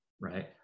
right